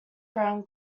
brown